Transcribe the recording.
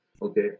Okay